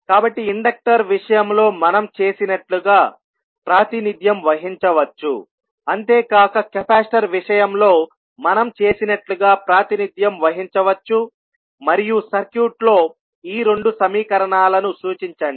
కాబట్టిఇండక్టర్ విషయంలో మనం చేసినట్లుగా ప్రాతినిధ్యం వహించవచ్చు అంతేకాక కెపాసిటర్ విషయంలో మనం చేసినట్లుగా ప్రాతినిధ్యం వహించవచ్చు మరియు సర్క్యూట్లో ఈ రెండు సమీకరణాలను సూచించండి